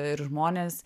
ir žmonės